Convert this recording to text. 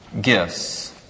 gifts